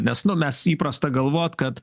nes nu mes įprasta galvot kad